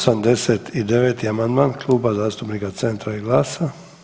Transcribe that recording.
89. amandman Kluba zastupnika Centra i GLAS-a.